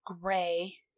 gray